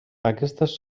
aquestes